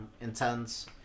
intense